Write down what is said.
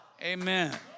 Amen